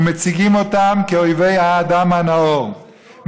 ומציגות אותן כאויבי האדם הנאור,